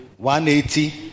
180